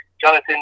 Jonathan